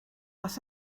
haz